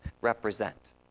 represent